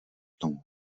tomu